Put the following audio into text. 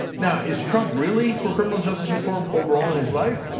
now is trump really for criminal justice reform overall in his life?